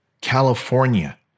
California